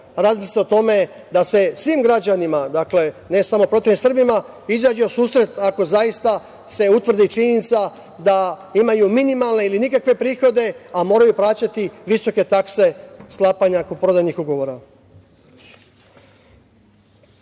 razmisliti o tome da se svim građanima, ne samo proteranim Srbima, izađe u susret ako zaista se utvrdi činjenica da imaju minimalne ili nikakve prihode, a moraju plaćati visoke takse sklapanja kupoprodajnih ugovora. Želeo